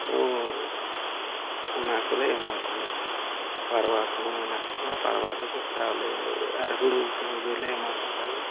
ᱚᱱᱟ ᱠᱚᱞᱮ ᱮᱢᱟ ᱠᱚᱣᱟ ᱯᱟᱨᱣᱟ ᱠᱚᱦᱚᱸ ᱢᱮᱱᱟᱜ ᱠᱚᱣᱟ ᱯᱟᱨᱣᱟ ᱫᱚᱠᱚ ᱪᱟᱣᱞᱮ ᱟᱨ ᱦᱩᱲᱩ ᱠᱚᱜᱮᱞᱮ ᱮᱢᱟ ᱠᱚ ᱠᱟᱱᱟ